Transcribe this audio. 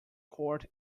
court